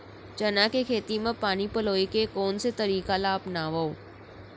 चना के खेती म पानी पलोय के कोन से तरीका ला अपनावव?